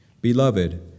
Beloved